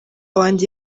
wanjye